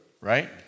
Right